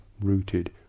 rooted